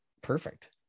perfect